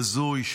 בזוי,